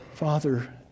Father